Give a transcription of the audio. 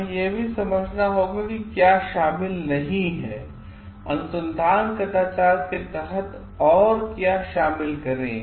हमें यह भी समझना होगा कि क्या शामिल नहीं है अनुसंधान कदाचार के तहत और क्या शामिल करें